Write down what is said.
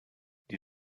die